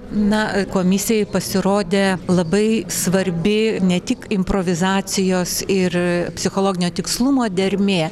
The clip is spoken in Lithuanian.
na komisijai pasirodė labai svarbi ne tik improvizacijos ir psichologinio tikslumo dermė